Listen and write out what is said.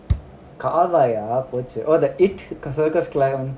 கார்லயேபோச்சு:kaarlaye pooichu oh the it the circus clown